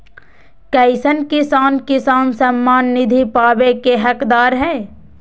कईसन किसान किसान सम्मान निधि पावे के हकदार हय?